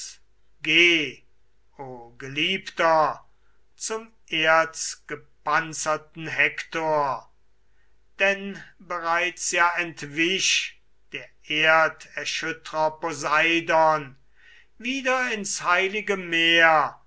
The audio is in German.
o geliebter zum erzgepanzerten hektor denn bereits ja entwich der erderschüttrer poseidon wieder ins heilige meer